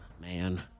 Man